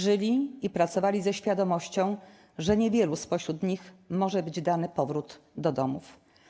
Żyli i pracowali ze świadomością, że niewielu spośród nich może być dany powrót do domów.